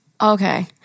Okay